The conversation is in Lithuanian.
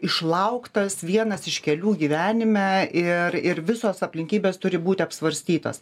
išlauktas vienas iš kelių gyvenime ir ir visos aplinkybės turi būti apsvarstytos